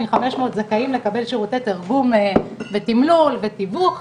חמש מאות זכאים לקבל שירותי תרגום ותימלול ותיווך.